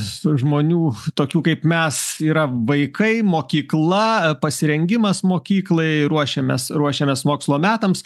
su žmonių tokių kaip mes yra vaikai mokykla pasirengimas mokyklai ruošiamės ruošiamės mokslo metams